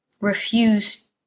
refuse